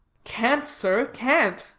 can't sir, can't.